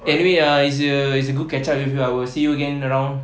anyway ah it's a it's a good catch up with you I would see you again around